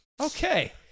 okay